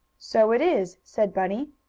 so it is! said bunny.